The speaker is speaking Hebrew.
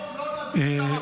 בסוף לא נביא אותם אפילו הביתה,